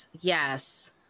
Yes